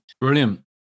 brilliant